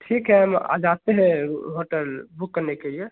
ठीक है हम आज आते हैं ओ होटल बुक करने के लिए